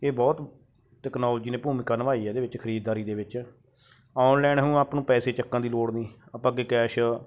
ਇਹ ਬਹੁਤ ਟੈਕਨੋਲੋਜੀ ਨੇ ਭੂਮਿਕਾ ਨਿਭਾਈ ਇਹਦੇ ਵਿੱਚ ਖਰੀਦਦਾਰੀ ਦੇ ਵਿੱਚ ਔਨਲਾਈਨ ਹੁਣ ਆਪਾਂ ਨੂੰ ਪੈਸੇ ਚੱਕਣ ਦੀ ਲੋੜ ਨਹੀਂ ਆਪਾਂ ਅੱਗੇ ਕੈਸ਼